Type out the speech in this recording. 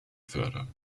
fördern